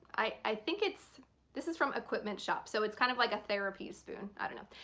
i think it's this is from equipment shop so it's kind of like a therapy spoon i don't know.